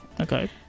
Okay